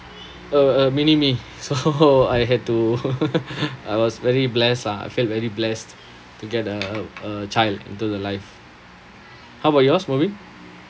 a a mini me so I had to I was very blessed lah I felt very blessed to get uh a child into the life how about yours mubin